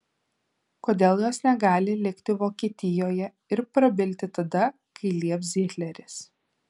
kodėl jos negali likti vokietijoje ir prabilti tada kai lieps hitleris